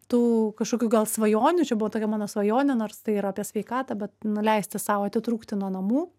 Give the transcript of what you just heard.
tų kažkokių gal svajonių čia buvo tokia mano svajonė nors tai yra apie sveikatą bet nu leisti sau atitrūkti nuo namų